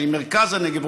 שהיא מרכז הנגב,